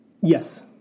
Yes